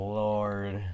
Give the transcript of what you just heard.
lord